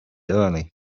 early